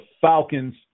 Falcons